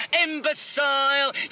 Imbecile